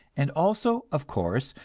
and also, of course,